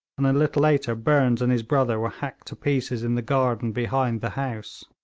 and a little later burnes and his brother were hacked to pieces in the garden behind the house.